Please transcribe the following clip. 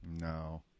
No